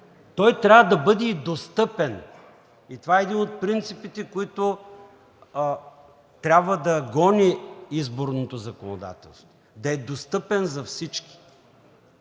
той трябва да бъде достъпен. Това е един от принципите, които трябва да гони изборното законодателство – да е достъпен за всички,